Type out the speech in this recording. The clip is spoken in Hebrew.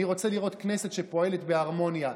אני רוצה לראות כנסת שפועלת בהרמוניה,